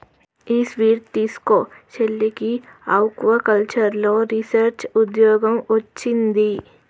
ఈ స్వీట్ తీస్కో, చెల్లికి ఆక్వాకల్చర్లో రీసెర్చ్ ఉద్యోగం వొచ్చింది